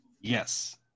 Yes